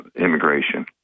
immigration